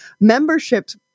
memberships